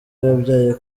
yabyaye